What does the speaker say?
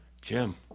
Jim